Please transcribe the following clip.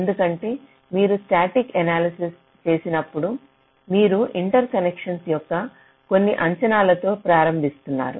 ఎందుకంటే మీరు static analysis చేసినప్పుడు మీరు ఇంటర్కనెక్షన్ల యొక్క కొన్ని అంచనాలతో ప్రారంభిస్తున్నారు